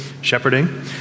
shepherding